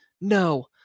no